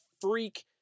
freak